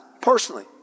personally